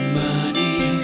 money